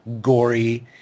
gory